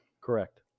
Correct